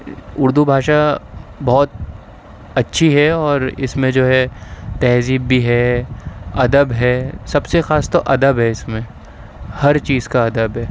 اردو بھاشا بہت اچھی ہے اور اس میں جو ہے تہذیب بھی ہے ادب ہے سب سے خاص تو ادب ہے اس میں ہر چیز کا ادب ہے